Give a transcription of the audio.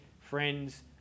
friends